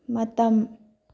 ꯃꯇꯝ